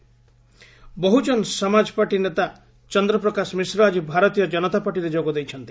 BSP leader BJP Bahujan ସମାଜପାର୍ଟି ନେତା ଚନ୍ଦ୍ର ପ୍ରକାଶ ମିଶ୍ର ଆଜି ଭାରତୀୟ ଜନତା ପାର୍ଟିରେ ଯୋଗ ଦେଇଛନ୍ତି